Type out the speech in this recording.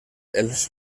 els